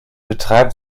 betreibt